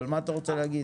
אבל מה אתה רוצה להגיד?